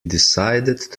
decided